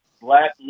black